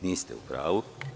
Niste u pravu.